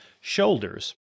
shoulders